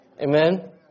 Amen